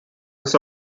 his